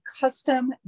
custom